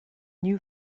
new